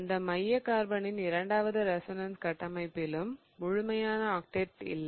அந்த மைய கார்பனின் இரண்டாவது ரெசோனன்ஸ் கட்டமைப்பிலும் முழுமையான ஆக்டெட் இல்லை